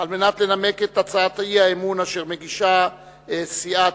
כמובן בהמשך היום אני גם אומר מלים מספר על סגן השר לשעבר,